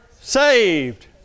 saved